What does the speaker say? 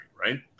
right